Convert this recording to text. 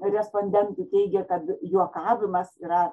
respondentų teigia kad juokavimas yra